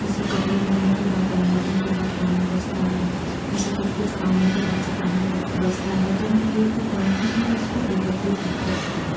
जैसे कपड़े धोने के बाद अलहारने के बाद पानी बचता है ऐसे कुछ कुछ कामों के बाद जो पानी बचता है तो मैं एक टंकी में इसको एकत्रित करके रखती हूँ